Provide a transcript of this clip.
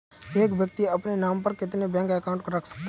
एक व्यक्ति अपने नाम पर कितने बैंक अकाउंट रख सकता है?